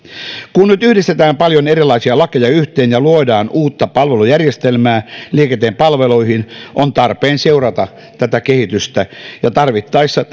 kun nyt yhdistetään paljon erilaisia lakeja ja luodaan uutta palvelujärjestelmää liikenteen palveluihin on tarpeen seurata tätä kehitystä ja tarvittaessa